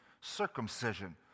circumcision